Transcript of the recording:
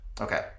okay